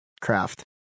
craft